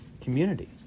community